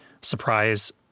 surprise